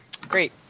Great